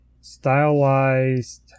stylized